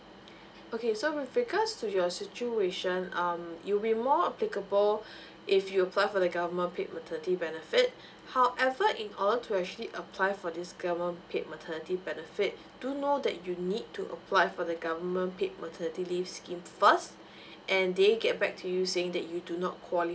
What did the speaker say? okay so with regard to your situation um you'll more applicable if you apply for the government paid maternity benefits however in order to actually apply for this government paid maternity benefit do know that you need to apply for the government paid maternity leave scheme first and they get back to you saying that you do not qualify